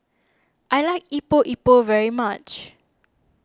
I like Epok Epok very much